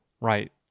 right